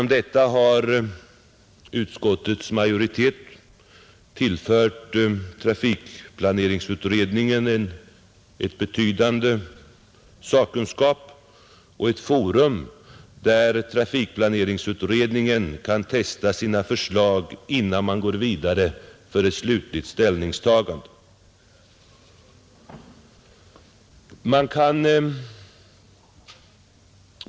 Härigenom har utskottets majoritet tillfört trafikplaneringsutredningen betydande sakkunskap och ett forum där trafikplaneringsutredningen kan testa sina förslag, innan den går till ett slutligt ställningstagande.